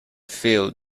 fill